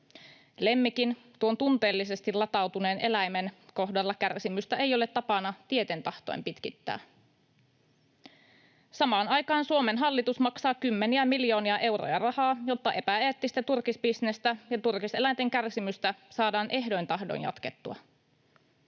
Lemmikin, tuon tunteellisesti latautuneen eläimen, kohdalla kärsimystä ei ole tapana tieten tahtoen pitkittää. Samaan aikaan Suomen hallitus maksaa kymmeniä miljoonia euroja rahaa, jotta epäeettistä turkisbisnestä ja turkiseläinten kärsimystä saadaan ehdoin tahdoin jatkettua.